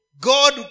God